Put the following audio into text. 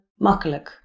makkelijk